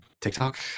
TikTok